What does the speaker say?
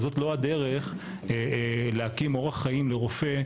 זאת לא הדרך להקים אורח חיים לרופא,